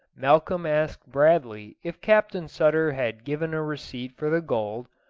malcolm asked bradley if captain sutter had given a receipt for the gold,